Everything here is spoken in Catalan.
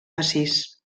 massís